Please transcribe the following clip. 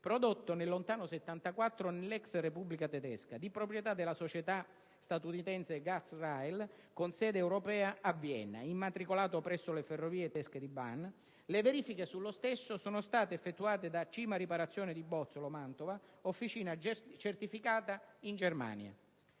prodotto nel lontano 1974 nella ex Repubblica democratica tedesca, di proprietà della società statunitense GATX Rail, con sede europea a Vienna, immatricolato presso le ferrovie tedesche Bahn; le verifiche sullo stesso sono state effettuate da Cima riparazioni di Bozzolo (Mantova), officina certificata in Germania.